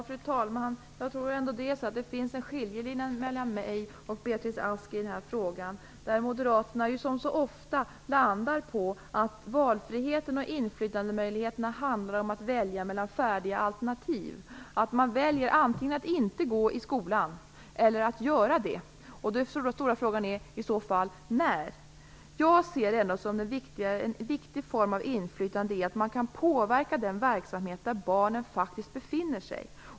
Fru talman! Jag tror ändå att det finns en skiljelinje mellan mig och Beatrice Ask i denna fråga. Moderaterna landar, som så ofta, på att valfriheten och inflytandemöjligheterna handlar om att välja mellan färdiga alternativ - att man väljer antingen att inte gå i skolan eller att göra det. Den stora frågan är då: När? Jag ser det som en viktig form av inflytande att man kan påverka den verksamhet där barnen faktiskt deltar.